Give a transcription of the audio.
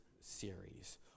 series